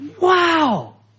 wow